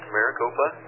Maricopa